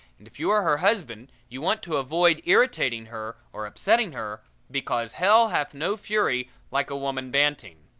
and if you are her husband you want to avoid irritating her or upsetting her, because hell hath no fury like a woman banting.